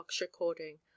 recording